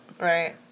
Right